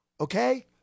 okay